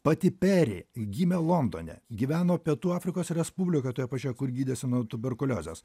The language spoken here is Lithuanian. pati peri gimė londone gyveno pietų afrikos respublikoje toje pačioje kur gydėsi nuo tuberkuliozės